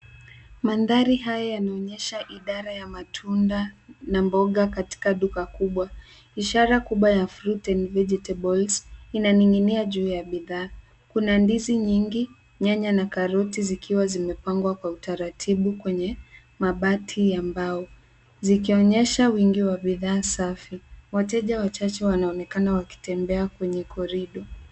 Mandhari haya yanaonyesha idara ya matunda na mboga katika duka kubwa, ishara kubwa ya fruit and vegetable inaning'inia juu ya bidhaa. Kuna ndizi nyingi, nyanya na karoti zikiwa zimepangwa kwa utaratibu kwenye mabati ya mbao, zikionyesha wingi wa bidhaa safi. Wateja wachache wanaonekana wakitembea kwenye korido.